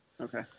Okay